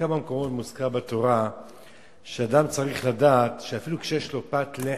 בכמה מקומות מוזכר בתורה שאדם צריך לדעת שאפילו כשיש לו פת לחם,